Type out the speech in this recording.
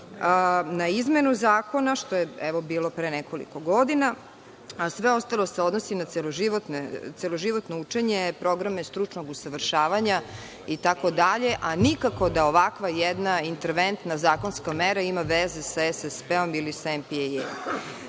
na izmenu zakona, što je bilo pre nekoliko godina, a sve ostalo se odnosi na celoživotno učenje, programe stručnog usavršavanja, a nikako da ovakva jedna interventna zakonska mera ima veze sa SSP.U tom